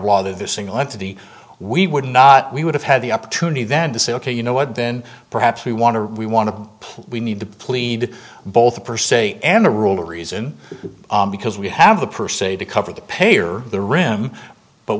law the single entity we would not we would have had the opportunity then to say ok you know what then perhaps we want to we want to play we need to plead both per se and the rule reason because we have the per se to cover the pay or the room but